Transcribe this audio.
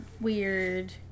weird